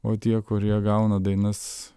o tie kurie gauna dainas